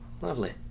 Lovely